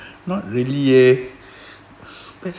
not really eh best